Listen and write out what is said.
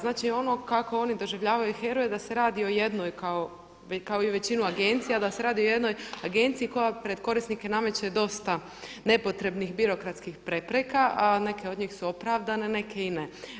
Znači ono kako oni doživljavaju HERA-u je da se radi o jednoj kao i u većini agencija, da se radi o jednoj agenciji koja pred korisnike nameće dosta nepotrebnih birokratskih prepreka a neke od njih su opravdane a neke i ne.